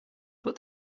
put